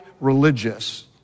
religious